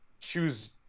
choose